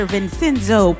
Vincenzo